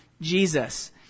Jesus